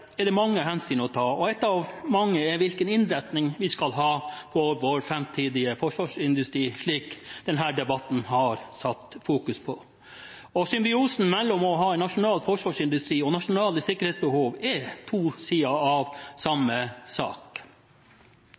er det mange hensyn å ta, og ett av mange er hvilken innretning vi skal ha på vår framtidige forsvarsindustri, som denne debatten har satt fokus på. Symbiosen mellom å ha en nasjonal forsvarsindustri og nasjonale sikkerhetsbehov er to sider av samme sak.